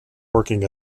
working